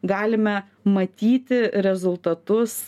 galime matyti rezultatus